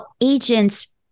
agents